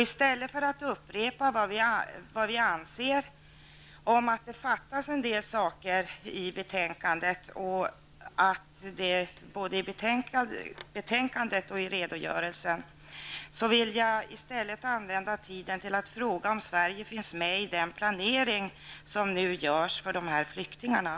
I stället för att upprepa vad vi anser fattas i betänkandet och i redogörelsen, vill jag i stället använda tiden till att fråga om Sverige finns med i den planering som görs för flyktingarna.